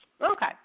Okay